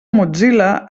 mozilla